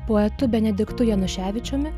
poetu benediktu januševičiumi